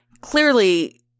clearly